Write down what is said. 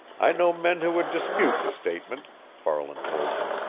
i know men who would dispute the statement, farland told him.